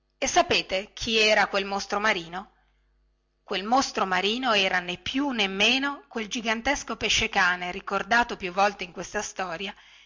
e sapete chi era quel mostro marino quel mostro marino era né più né meno quel gigantesco pesce-cane ricordato più volte in questa storia